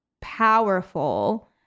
powerful